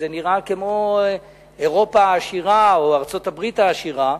שנראה כמו אירופה העשירה או ארצות-הברית העשירה,